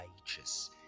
righteous